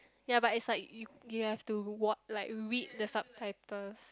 ya but it's like you you have to wa~ like read the subtitles